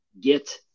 get